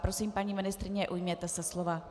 Prosím, paní ministryně, ujměte se slova.